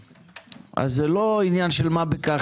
זה לא עניין של מה בכך,